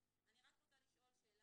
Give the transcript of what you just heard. אבל אז זה אומר שזה